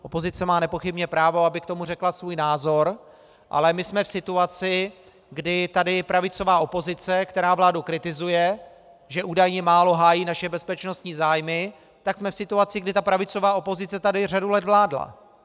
Opozice má nepochybně právo, aby k tomu řekla svůj názor, ale my jsme v situaci, kdy tady pravicová opozice, která vládu kritizuje, že údajně málo hájí naše bezpečnostní zájmy, tak jsme v situaci, kdy ta pravicová opozice tady řadu let vládla.